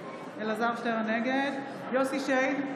נגד יוסף שיין,